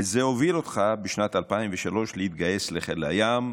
וזה הוביל אותך בשנת 2003 להתגייס לחיל הים,